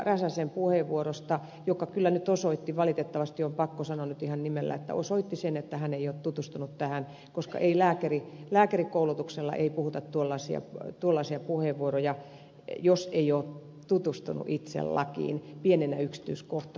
räsäsen puheenvuorosta joka kyllä nyt osoitti sen valitettavasti on pakko sanoa nyt ihan nimellä että hän ei ole tutustunut tähän koska lääkärikoulutuksella ei puhuta tuollaisia puheenvuoroja jos on tutustunut itse lakiin pienenä yksityiskohtana